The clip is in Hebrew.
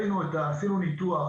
עשינו ניתוח